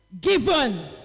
Given